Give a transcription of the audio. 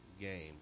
game